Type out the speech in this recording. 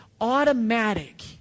automatic